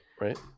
Right